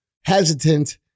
hesitant